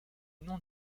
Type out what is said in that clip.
nom